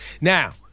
Now